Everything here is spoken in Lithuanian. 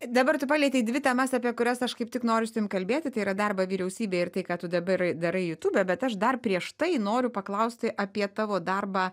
dabar tu palietei dvi temas apie kurias aš kaip tik noriu su tavim kalbėti tai yra darbą vyriausybėj ir tai ką tu dabar darai youtube bet aš dar prieš tai noriu paklausti apie tavo darbą